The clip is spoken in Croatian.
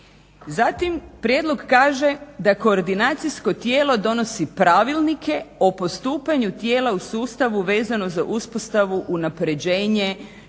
Zatim prijedlog kaže da koordinacijsko tijelo donosi pravilnike o postupanju tijela u sustavu vezano za uspostavu, unapređenje,